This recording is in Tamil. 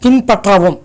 பின்பற்றவும்